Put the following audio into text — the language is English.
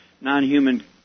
non-human